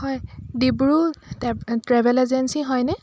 হয় Dibru travel agency হয়নে